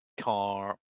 car